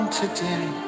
today